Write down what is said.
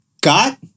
got